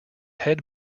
head